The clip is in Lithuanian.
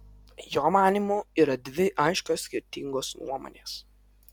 jo manymu yra dvi aiškios skirtingos nuomonės